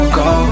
go